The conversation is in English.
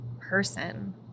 person